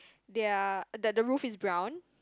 their that the the roof is brown